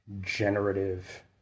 generative